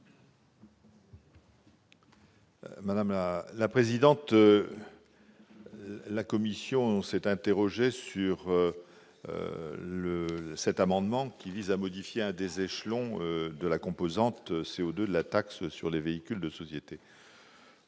de la commission ? La commission s'est interrogée sur cet amendement, qui vise à modifier l'un des échelons de la composante CO2 de la taxe sur les véhicules des sociétés.